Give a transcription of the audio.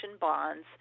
bonds